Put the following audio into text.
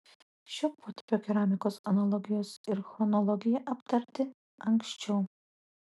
šio potipio keramikos analogijos ir chronologija aptarti anksčiau